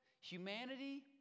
Humanity